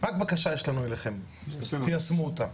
רק בקשה יש לנו אליכם, תיישמו אותה.